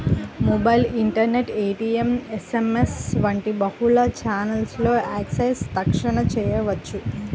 mobile, internet, ATM, SMS వంటి బహుళ ఛానెల్లలో యాక్సెస్ తక్షణ చేయవచ్చు